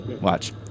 Watch